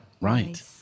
right